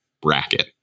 bracket